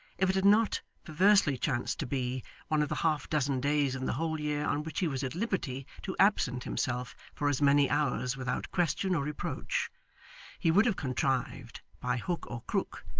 if it had not perversely chanced to be one of the half-dozen days in the whole year on which he was at liberty to absent himself for as many hours without question or reproach he would have contrived, by hook or crook,